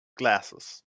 glasses